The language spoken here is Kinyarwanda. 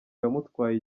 yamutwaye